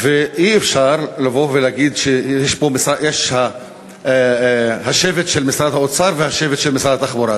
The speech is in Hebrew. ואי-אפשר לבוא ולהגיד שיש פה השבט של משרד האוצר והשבט של משרד התחבורה,